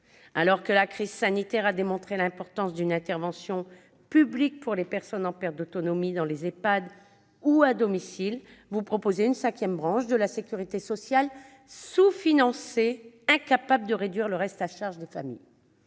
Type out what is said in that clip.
Alors que la crise sanitaire a démontré l'importance d'une intervention publique pour les personnes en perte d'autonomie dans les Ehpad ou à domicile, vous proposez une cinquième branche de la sécurité sociale sous-financée, qui ne permettra pas de réduire le reste à charge des familles.